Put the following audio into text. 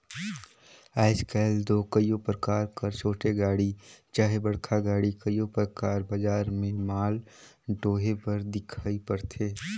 आएज काएल दो कइयो परकार कर छोटे गाड़ी चहे बड़खा गाड़ी कइयो परकार बजार में माल डोहे बर दिखई परथे